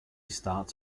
starts